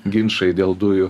ginčai dėl dujų